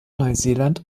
neuseeland